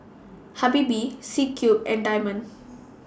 Habibie C Cube and Diamond